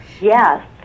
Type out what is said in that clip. yes